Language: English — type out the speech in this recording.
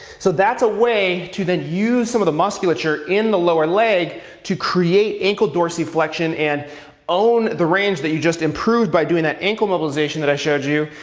so that's a way to then use some of the musculature in the lower leg to create ankle dorsiflexion and own the range that you just improved by doing that ankle mobilization that i showed you.